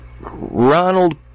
ronald